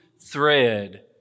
thread